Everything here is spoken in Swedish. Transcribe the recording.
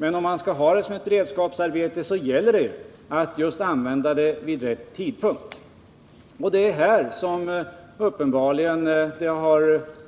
Men om man skall ha det som beredskapsarbete gäller det ju att arbetet utförs vid rätt tidpunkt. Det har uppenbarligen